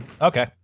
Okay